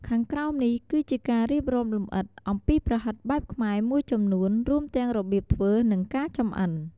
ខាងក្រោមនេះគឺជាការរៀបរាប់លម្អិតអំពីប្រហិតបែបខ្មែរមួយចំនួន រួមទាំងរបៀបធ្វើ និងការចំអិន។